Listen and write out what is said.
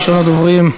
ראשון הדוברים,